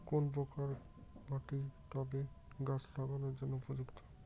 কোন প্রকার মাটি টবে গাছ লাগানোর জন্য উপযুক্ত?